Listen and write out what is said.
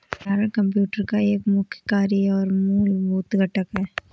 भंडारण कंप्यूटर का एक मुख्य कार्य और मूलभूत घटक है